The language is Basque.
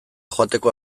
joateko